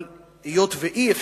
אבל היות שאי-אפשר,